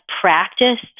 practiced